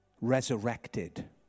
resurrected